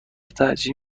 ترجیح